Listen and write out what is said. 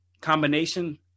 combination